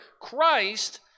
Christ